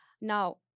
Now